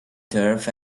turf